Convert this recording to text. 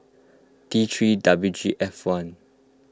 T three W G F one